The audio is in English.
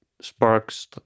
sparks